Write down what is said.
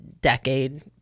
decade